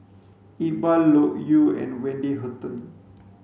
Iqbal Loke Yew and Wendy Hutton